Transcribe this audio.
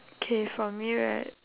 K for me right